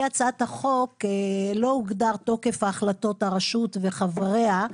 לפי הצעת החוק לא הוגדר תוקף החלטות הרשות וחבריה.